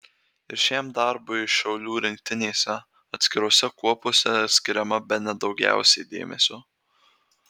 ir šiam darbui šaulių rinktinėse atskirose kuopose skiriama bene daugiausiai dėmesio